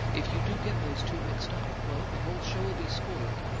if you do get those two mixed up well, the whole show'll be spoiled!